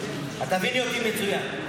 את תביני אותי מצוין.